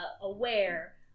aware